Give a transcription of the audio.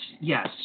yes